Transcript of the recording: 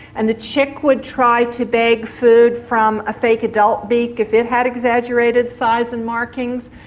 and the chick would try to beg food from a fake adult beak if it had exaggerated size and markings.